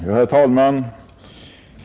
Herr talman!